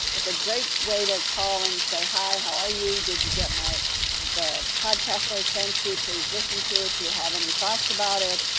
is a great way to call and say hi, how are you? did you get the podcast i sent you? please listen to it. do you have any thoughts about it,